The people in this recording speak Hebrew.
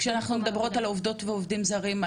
כשאנחנו מדברות על עובדות ועובדים זרים,